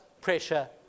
pressure